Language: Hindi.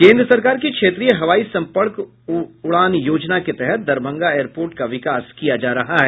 केन्द्र सरकार की क्षेत्रीय हवाई संपर्क उड़ान योजना के तहत दरभंगा एयरपोर्ट का विकास किया जा रहा है